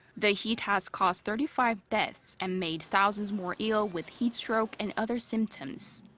the heat has caused thirty five deaths, and made thousands more ill with heat stroke and other symptoms.